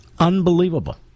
Unbelievable